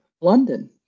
London